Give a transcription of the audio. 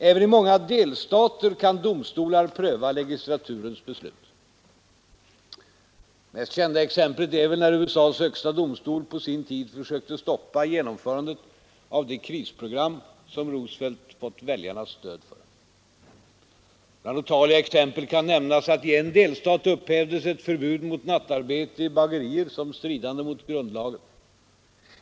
Även i många delstater kan domstolar pröva legislaturens beslut. Det mest kända exemplet är väl när USA:s högsta domstol på sin tid försökte stoppa genomförandet av det krisprogram som Roosevelt fått väljarnas stöd för. Och bland otaliga andra exempel kan nämnas att i en delstat upphävdes ett förbud mot nattarbete i bagerier som stridande mot grundlagen.